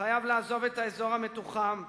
חייב לעזוב את האזור המתוחם,